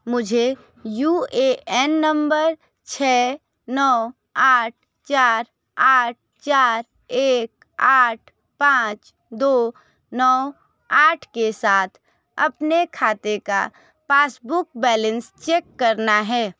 मुझे U A N नंबर छः नौ आठ चार आठ चार एक आठ पाँच दो नौ आठ के साथ अपने खाते का पासबुक बैलेंस चेक करना है